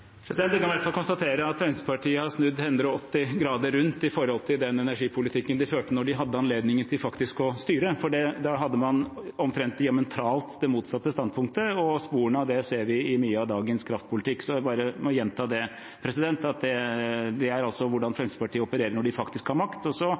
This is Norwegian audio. Jeg kan i hvert fall konstatere at Fremskrittspartiet har snudd 180 grader rundt i forhold til den energipolitikken de førte da de hadde anledningen til faktisk å styre, for da hadde man omtrent diametralt det motsatte standpunktet. Sporene av det ser vi i mye av dagens kraftpolitikk, så jeg må bare gjenta at det